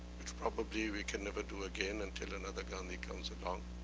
which probably we can never do again, until another gandhi comes along.